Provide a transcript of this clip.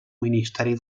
ministeri